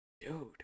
dude